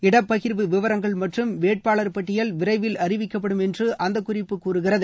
இடப்பகிர்வு விவரங்கள் மற்றம் வேட்பாளர் பட்டியல் விரைவில் அறிவிக்கப்படும் என்று அந்த குறிப்பு கூறுகிறது